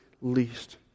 least